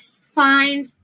find